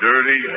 Dirty